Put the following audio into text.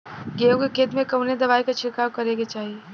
गेहूँ के खेत मे कवने दवाई क छिड़काव करे के चाही?